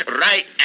right